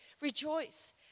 rejoice